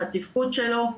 בתפקוד שלו.